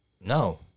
No